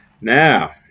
Now